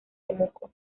temuco